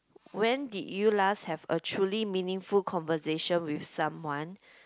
when did you last have a truly meaningful conversation with someone